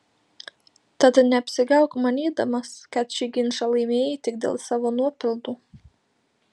tad neapsigauk manydamas kad šį ginčą laimėjai tik dėl savo nuopelnų